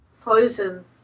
poison